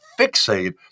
fixate